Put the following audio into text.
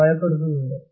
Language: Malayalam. ഭയപ്പെടുത്തുന്നുണ്ടോ